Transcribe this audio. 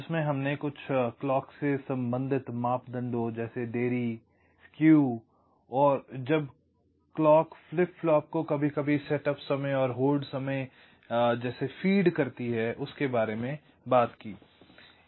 जिसमे हमने कुछ घड़ी से संबंधित मापदंडों जैसे देरी स्केव और जब क्लॉक फ्लिप फ्लॉप को कभी कभी सेटअप समय और होल्ड समय जैसे फीड करती है के बारे में बात की